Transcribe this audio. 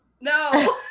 no